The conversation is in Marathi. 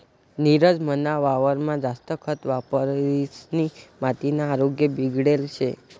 नीरज मना वावरमा जास्त खत वापरिसनी मातीना आरोग्य बिगडेल शे